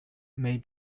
may